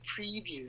preview